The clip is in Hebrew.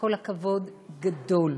"כל הכבוד" גדול.